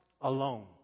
alone